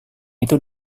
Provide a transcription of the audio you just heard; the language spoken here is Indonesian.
itu